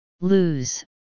lose